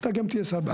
אתה גם תהיה שר בעדיף.